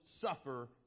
suffer